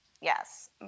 yes